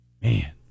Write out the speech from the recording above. Man